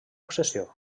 obsessió